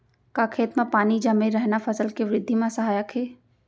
का खेत म पानी जमे रहना फसल के वृद्धि म सहायक हे?